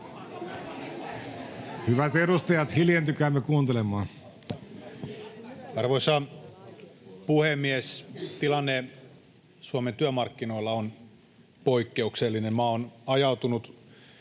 Hyvät edustajat, hiljentykäämme kuuntelemaan. Arvoisa puhemies! Tilanne Suomen työmarkkinoilla on poikkeuksellinen. Maa on ajautunut